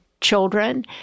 children